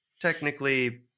technically